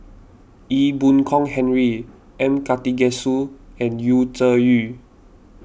Ee Boon Kong Henry M Karthigesu and Yu Zhuye